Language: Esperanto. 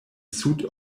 sud